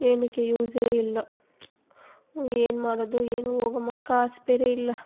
ಏನಕ್ಕೆ ಯೂಸೇ ಇಲ್ಲ ಏನುಮಾಡೋದೋ ಏನೋ ಹೋಗಮ್ಮ ಕಾಸು ಬೇರೆ ಇಲ್ಲ